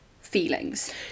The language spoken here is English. feelings